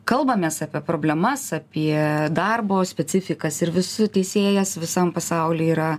kalbamės apie problemas apie darbo specifikas ir visų teisėjas visam pasauly yra